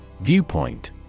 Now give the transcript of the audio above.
Viewpoint